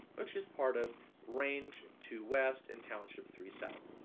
which is part of range two west and township three south.